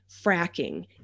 fracking